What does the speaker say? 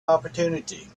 opportunity